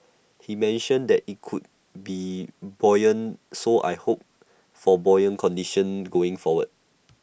he mentioned that IT could be buoyant so I hope for buoyant conditions going forward